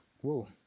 whoa